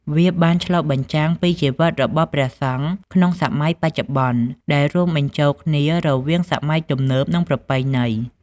វាបានឆ្លុះបញ្ចាំងពីជីវិតរបស់ព្រះសង្ឃក្នុងសម័យបច្ចុប្បន្ន ដែលរួមបញ្ចូលគ្នារវាងសម័យទំនើប និងប្រពៃណី។